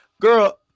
Girl